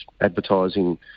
advertising